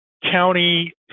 county